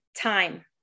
time